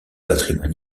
patrimoine